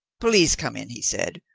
please come in, he said.